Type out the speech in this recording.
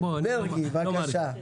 מרגי, בבקשה.